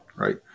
Right